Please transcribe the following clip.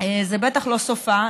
זה בטח לא סופה.